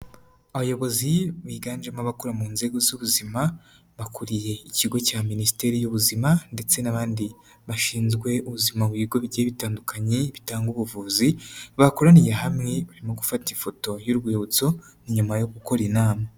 Abayobozi biganjemo abakora mu nzego z'ubuzima bakuriye ikigo cya minisiteri y'ubuzima ndetse n'abandi bashinzwe ubuzima mu bigo bigiye bitandukanye bitanga ubuvuzi, bakoraniye hamwe barimo gufata ifoto y'urwibutso nyuma yo gukora inama.